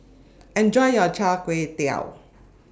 Enjoy your Char Kway Teow